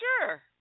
sure